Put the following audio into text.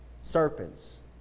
Serpents